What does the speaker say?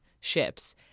ships